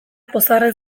pozarren